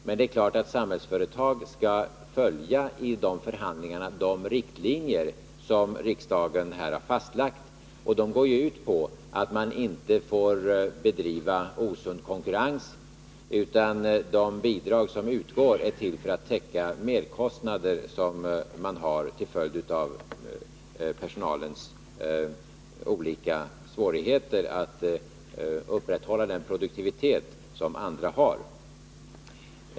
Men det är klart att Samhällsföretag i dessa förhandlingar skall följa de riktlinjer som riksdagen här har fastlagt. Dessa riktlinjer går ut på att Samhällsföretag inte får bedriva osund konkurrens. De bidrag som utgår är till för att täcka merkostnader som Samhällsföretag har till följd av personalens olika svårigheter att upprätthålla den produktivitet som andra har.